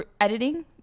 editing